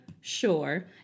sure